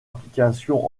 applications